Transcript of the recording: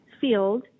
field